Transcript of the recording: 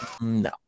No